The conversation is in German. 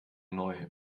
neu